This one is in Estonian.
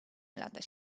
elada